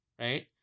right